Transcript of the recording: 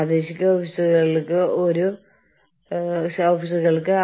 പ്രാദേശിക മാനേജ്മെന്റുമായി കൈകോർത്ത് ആഗോള തന്ത്രം പ്രവർത്തിക്കുന്നു